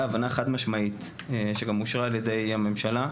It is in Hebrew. הבנה חד משמעית שגם אושרה על ידי הממשלה,